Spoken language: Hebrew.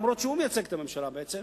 אף-על-פי שהוא מייצג את הממשלה,